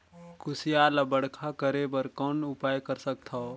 कुसियार ल बड़खा करे बर कौन उपाय कर सकथव?